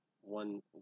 one